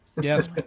Yes